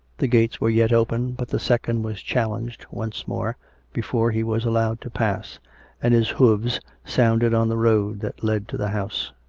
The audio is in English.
the gates were yet open but the second was challenged once more before he was allowed to pass and his hoofs sounded on the road that led to the house.